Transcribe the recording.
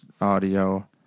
audio